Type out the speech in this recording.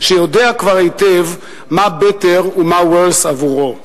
שיודע כבר היטב מה better ומה worse עבורו.